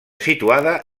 situada